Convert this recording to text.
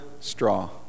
straw